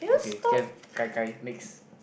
okay can Gai Gai next